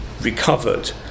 recovered